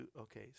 okay